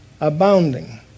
abounding